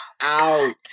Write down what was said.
out